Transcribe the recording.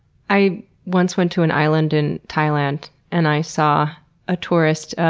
i once went to an island in thailand and i saw a tourist